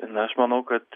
na aš manau kad